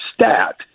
stat